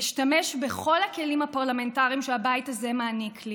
אשתמש בכל הכלים הפרלמנטריים שהבית הזה מעניק לי